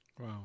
Wow